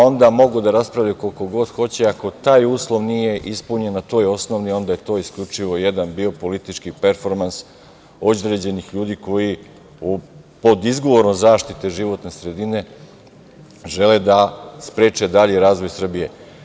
Onda, mogu da raspravljaju ako taj uslov nije ispunjen, a to je osnov, onda je to isključivo bio jedan politički performans određenih ljudi koji, pod izgovorom zaštite životne sredine, žele da spreče dalji razvoj Srbije.